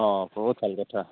অঁ বহুত ভাল কথা